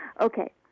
okay